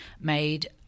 made